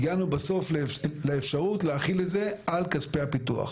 הגענו בסוף לאפשרות להחיל את זה על כספי הפיתוח.